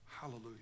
Hallelujah